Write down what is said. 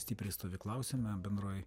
stipriai stovyklausime bendrai